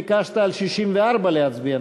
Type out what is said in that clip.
ביקשת על 64 להצביע,